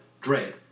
Dread